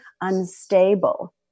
unstable